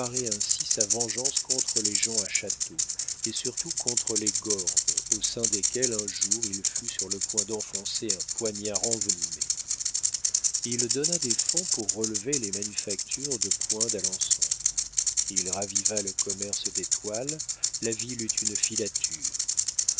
ainsi sa vengeance contre les gens à châteaux et surtout contre les gordes au sein desquels un jour il fut sur le point d'enfoncer un poignard envenimé il donna des fonds pour relever les manufactures de point d'alençon il raviva le commerce des toiles la ville eut une filature